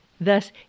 Thus